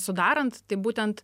sudarant tai būtent